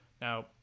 Now